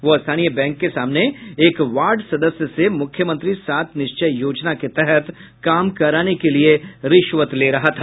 वह स्थानीय बैंक के सामने एक वार्ड सदस्य से मुख्यमंत्री सात निश्चय योजना के तहत काम कराने के लिए रिश्वत ले रहा था